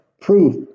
proof